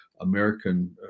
american